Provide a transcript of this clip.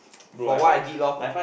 for what I did lor